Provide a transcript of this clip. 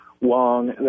Wong